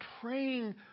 praying